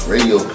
Radio